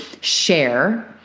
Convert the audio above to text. share